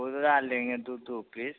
पूरा लेंगे दो दो पीस